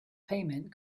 payment